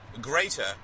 greater